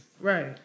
Right